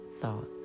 thoughts